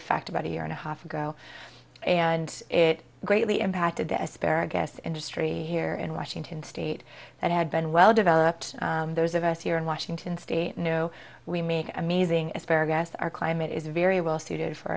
effect about a year and a half ago and it greatly impacted the asparagus industry here in washington state that had been well developed those of us here in washington state you know we make amazing asparagus our climate is very well suited for